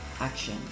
action